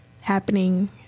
happening